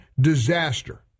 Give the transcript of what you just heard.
disaster